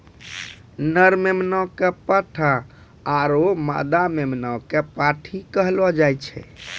नर मेमना कॅ पाठा आरो मादा मेमना कॅ पांठी कहलो जाय छै